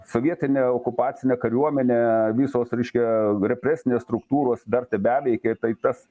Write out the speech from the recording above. sovietinė okupacinė kariuomenė visos reiškia represinės struktūros dar tebeveikia tai tas